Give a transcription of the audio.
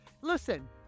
listen